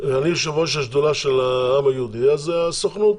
אני יושב ראש השדולה של העם היהודי אז הסוכנות